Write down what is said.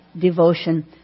Devotion